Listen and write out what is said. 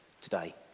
today